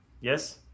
Yes